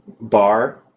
bar